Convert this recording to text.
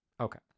Okay